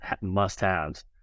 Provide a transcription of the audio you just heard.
must-haves